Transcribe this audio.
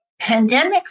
pandemic